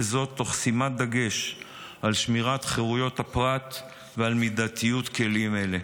וזאת תוך שימת דגש על שמירת חירויות הפרט ועל מידתיות כלים אלו.